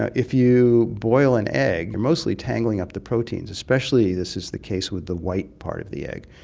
ah if you boil an egg, mostly tangling up the proteins, especially this is the case with the white part of the egg,